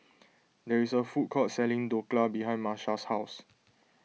there is a food court selling Dhokla behind Marsha's house